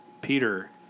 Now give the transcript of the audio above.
Peter